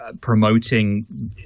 promoting